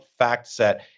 FactSet